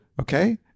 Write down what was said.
okay